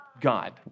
God